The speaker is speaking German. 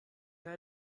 leid